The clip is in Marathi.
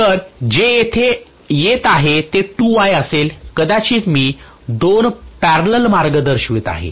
तर जे येथे येत आहे ते 2I असेल कदाचित मी दोन पॅरलल मार्ग दर्शवित आहे